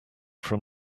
from